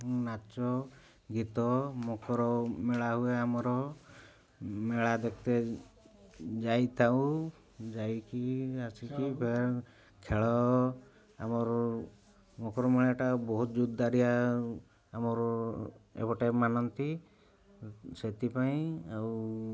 ନାଚ ଗୀତ ମକର ମେଳା ହୁଏ ଆମର ମେଳା ଦେଖତେ୍ ଯାଇଥାଉ ଯାଇକି ଆସିକି ଖେଳ ଆମର ମକର ମେଳାଟା ବହୁତ ଜୋରଦାରିଆ ଆମର ଏପଟେ ମାନନ୍ତି ସେଥିପାଇଁ ଆଉ